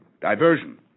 diversion